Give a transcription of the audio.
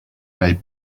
made